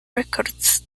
records